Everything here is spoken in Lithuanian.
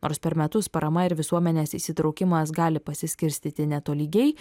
nors per metus parama ir visuomenės įsitraukimas gali pasiskirstyti netolygiai